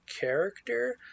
character